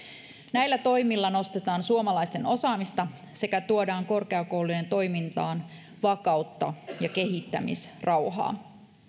näillä toimilla nostetaan suomalaisten osaamista sekä tuodaan korkeakoulujen toimintaan vakautta ja kehittämisrauhaa